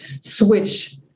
switch